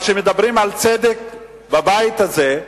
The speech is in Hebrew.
אבל כשמדברים על צדק בבית הזה,